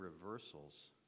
reversals